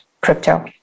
crypto